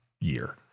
year